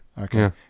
Okay